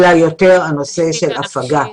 אלא יותר הנושא של הפגה.